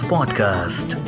Podcast